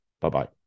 Bye-bye